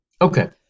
Okay